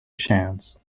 chance